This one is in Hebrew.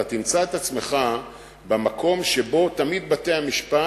אתה תמצא את עצמך במקום שבו תמיד בתי-המשפט